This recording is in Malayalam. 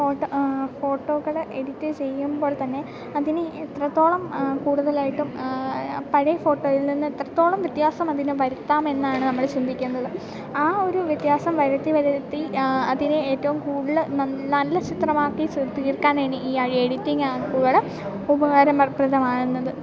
ഫോട്ടോ ഫോട്ടോകൾ എഡിറ്റ് ചെയ്യുമ്പോൾ തന്നെ അതിന് എത്രത്തോളം കൂടുതലായിട്ടും പഴയ ഫോട്ടോയിൽ നിന്ന് എത്രത്തോളം വ്യത്യാസം അതിന് വരുത്താമെന്നാണ് നമ്മൾ ചിന്തിക്കുന്നത് ആ ഒരു വ്യത്യാസം വരുത്തി വരുത്തി അതിനെ ഏറ്റവും കൂടുതൽ ന നല്ല ചിത്രമാക്കി തീർക്കാൻ വേണ്ടി ഈ എഡിറ്റിങ്ങ് ആപ്പുകൾ ഉപകാരപ്രദമാകുന്നത്